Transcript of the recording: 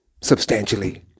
Substantially